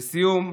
לסיום,